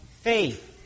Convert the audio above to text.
faith